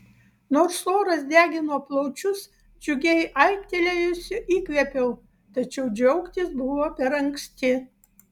nors oras degino plaučius džiugiai aiktelėjusi įkvėpiau tačiau džiaugtis buvo per anksti